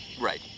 Right